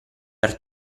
per